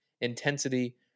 intensity